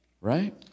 Right